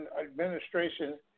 administration